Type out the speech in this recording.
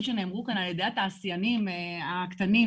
שנאמרו כאן על ידי התעשיינים הקטנים.